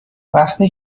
وقتی